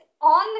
on